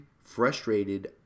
frustrated